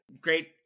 great